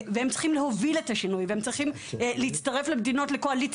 הם צריכים להוביל את השינוי ולהצטרף לקואליציית